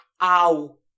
ow